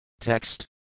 Text